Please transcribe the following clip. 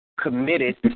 committed